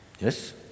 Yes